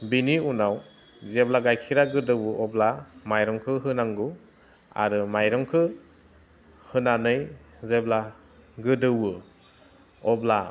बेनि उनाव जेब्ला गाइखेरा गोदौवो अब्ला माइरंखौ होनांगौ आरो माइरंखौ होनानै जेब्ला गोदौवो अब्ला